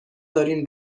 دارین